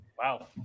Wow